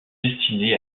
destinés